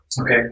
Okay